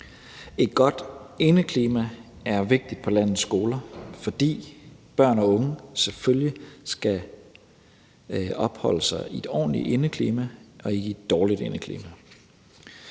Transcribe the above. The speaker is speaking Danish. Et godt indeklima på landets skoler er vigtigt, for børn og unge skal selvfølgelig opholde sig i et ordentligt indeklima og ikke i et dårligt indeklima.